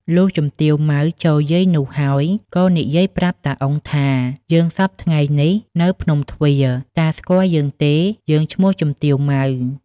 លុះជំទាវម៉ៅ ចូលយាយនោះហើយ ក៏និយាយប្រាប់តា អ៊ុង ថា "យើងសព្វថ្ងៃនេះនៅភ្នំទ្វារ តាស្គាល់យើងឬទេ? យើងឈ្មោះជំទាវ ម៉ៅ ។